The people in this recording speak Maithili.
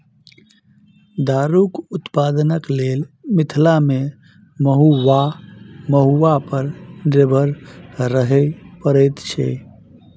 दारूक उत्पादनक लेल मिथिला मे महु वा महुआ पर निर्भर रहय पड़ैत छै